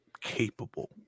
capable